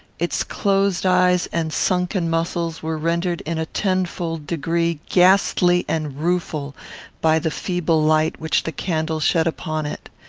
its closed eyes and sunken muscles were rendered in a tenfold degree ghastly and rueful by the feeble light which the candle shed upon it.